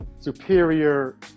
superior